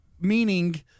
Meaning